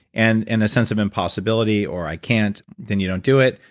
and in a sense of impossibility or i can't, then you don't do it,